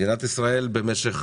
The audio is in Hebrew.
מדינת ישראל במשך